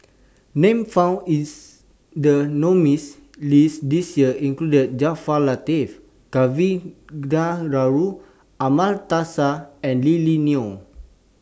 Names found in The nominees' list This Year include Jaafar Latiff Kavignareru Amallathasan and Lily Neo